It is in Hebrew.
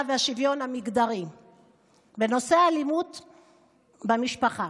והשוויון המגדרי בנושא האלימות במשפחה.